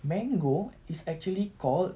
mango is actually called